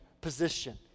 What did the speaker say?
position